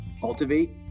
cultivate